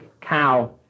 cow